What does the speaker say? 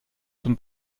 zum